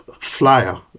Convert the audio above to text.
flyer